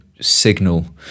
signal